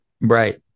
right